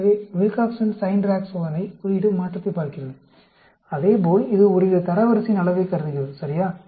எனவே Wilcoxon signed rank சோதனை குறியீடு மாற்றத்தைப் பார்க்கிறது அதே போல் இது ஒருவித தரவரிசையின் அளவைக் கருதுகிறது சரியா